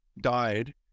died